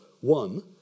one